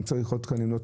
אם צריך עוד תקנים או לא.